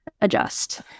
adjust